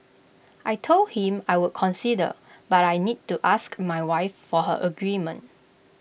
I Told him I would consider but I need to ask my wife for her agreement